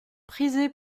prisées